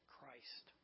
Christ